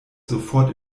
sofort